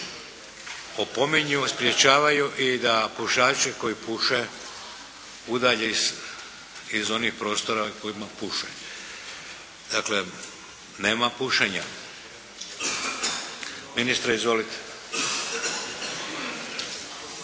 opominju, sprječavaju i da pušače koji puše udalje iz onih prostora u kojima puše. Dakle, nema pušenja. Ministre izvolite!